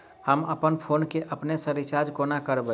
हम अप्पन फोन केँ अपने सँ रिचार्ज कोना करबै?